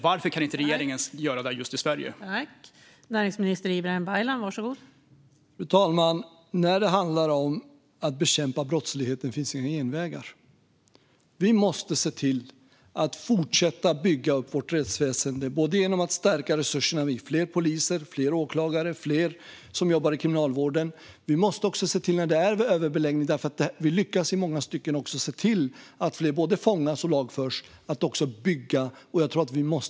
Varför kan inte regeringen i just Sverige göra det?